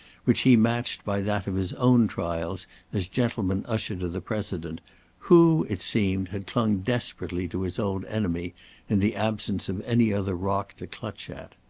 which he matched by that of his own trials as gentleman-usher to the president, who, it seemed, had clung desperately to his old enemy in the absence of any other rock to clutch at.